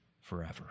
forever